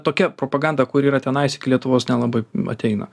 tokia propaganda kur yra tenais iki lietuvos nelabai ateina